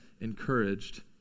encouraged